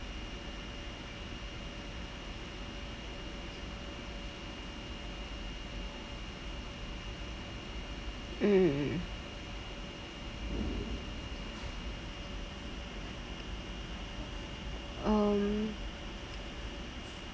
mm um